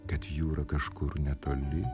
kad jūra kažkur netoli